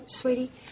sweetie